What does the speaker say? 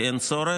כי אין צורך.